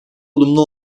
olumlu